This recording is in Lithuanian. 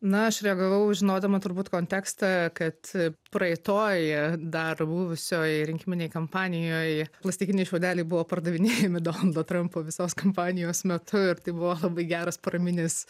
na aš reagavau žinodama turbūt kontekstą kad praeitoj dar buvusioj rinkiminėj kampanijoj plastikiniai šiaudeliai buvo pardavinėjami donaldo trampo visos kampanijos metu ir tai buvo labai geras paraminis